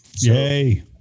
Yay